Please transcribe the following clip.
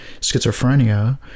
schizophrenia